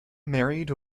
married